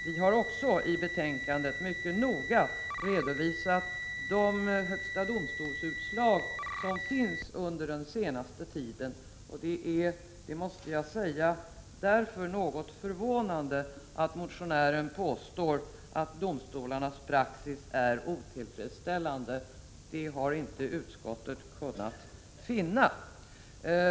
Vi har också i betänkandet mycket noga redovisat de utslag från högsta domstolen som föreligger för den senaste tiden, och det är därför — det måste jag säga — något förvånande att motionären påstår att domstolarnas praxis är otillfredsställande. Det har utskottet inte kunnat finna.